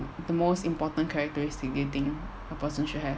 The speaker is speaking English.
the most important characteristic do you think a person should have